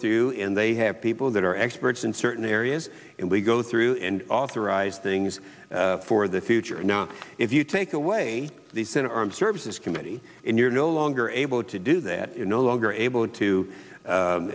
through and they have people that are experts in certain areas and we go through and authorize things for the future if you take away the senate armed services committee and you're no longer able to do that is no longer able to